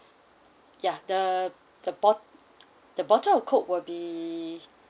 ya the the bot~ the bottle of coke will be